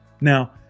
Now